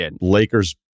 Lakers